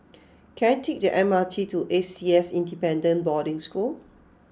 can I take the M R T to A C S Independent Boarding School